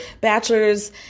bachelor's